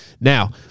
now